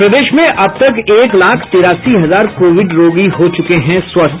और प्रदेश में अब तक एक लाख तिरासी हजार कोविड रोगी हो चुके हैं स्वस्थ